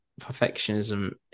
perfectionism